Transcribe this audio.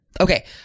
Okay